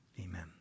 Amen